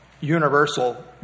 universal